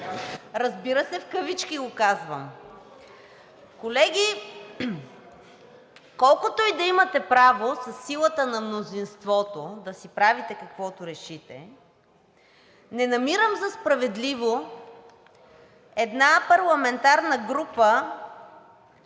Разбира се, в кавички го казвам. Колеги, колкото и да имате право със силата на мнозинството да си правите каквото решите, не намирам за справедливо една парламентарна група,